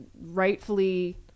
rightfully